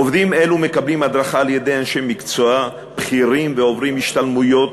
עובדים אלו מקבלים הדרכה על-ידי אנשי מקצוע בכירים ועוברים השתלמויות,